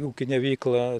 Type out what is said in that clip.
ūkinę veiklą